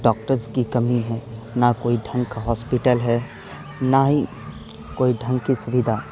doctors کی کمی ہے نہ کوئی ڈھنگ کا ہاسپٹل ہے نہ ہی کوئی ڈھنگ کی سویدھا